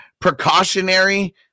precautionary